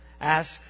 ask